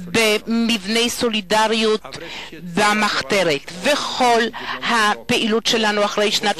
במוסדות "סולידריות" במחתרת וכל הפעילות שלנו אחרי שנת